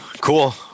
cool